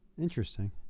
Interesting